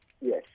Yes